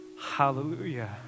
Hallelujah